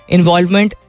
involvement